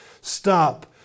Stop